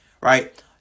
right